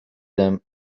them